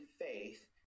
faith